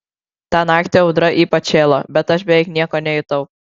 tą naktį audra ypač šėlo bet aš beveik nieko nejutau